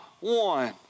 one